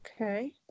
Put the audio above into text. okay